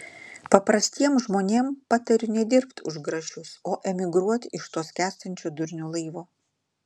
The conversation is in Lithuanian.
paprastiem žmonėm patariu nedirbt už grašius o emigruot iš to skęstančio durnių laivo